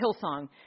Hillsong